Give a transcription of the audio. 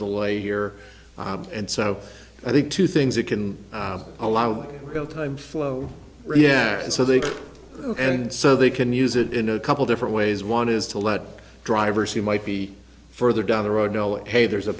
way here and so i think two things that can allow real time flow yeah and so they and so they can use it in a couple different ways one is to let drivers who might be further down the road hey there's a